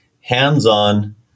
hands-on